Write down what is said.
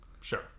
Sure